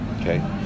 okay